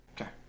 Okay